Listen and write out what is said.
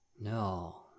No